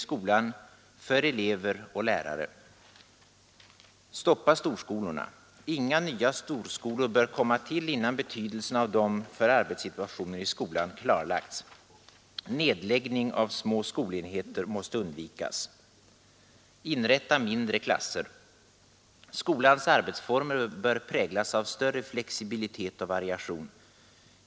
Stoppa storskolorna. Inga nya storskolor bör komma till innan betydelsen av dem för arbetssituationen i skolan klarlagts. Nedläggning av små skolenheter måste undvikas. Inrätta mindre klasser. Skolans arbetsformer bör präglas av större flexibilitet och variation.